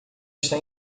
está